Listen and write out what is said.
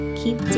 keep